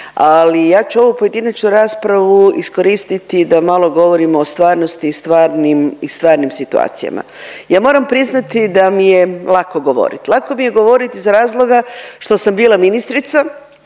ali ja ću ovu pojedinačnu raspravu iskoristiti da malo govorimo o stvarnosti i stvarnim situacijama. Ja moram priznati da mi je lako govoriti, lako mi je govoriti iz razloga što sam bila ministrica,